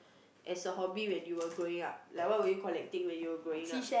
as a hobby when you were growing up like what were you collecting when you were growing up